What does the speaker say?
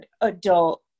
adult